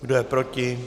Kdo je proti?